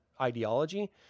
ideology